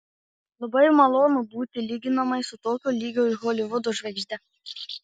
labai malonu būti lyginamai su tokio lygio holivudo žvaigžde